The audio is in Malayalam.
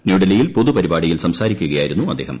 ന്യൂഡൽഹിയിൽ പൊതു പരിപാടിയിൽ സംസാരിക്കുകയായിരുന്നു അദ്ദേഹം